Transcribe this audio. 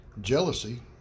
Jealousy